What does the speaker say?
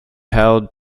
held